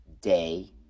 day